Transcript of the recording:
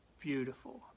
beautiful